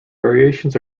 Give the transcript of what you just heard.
variations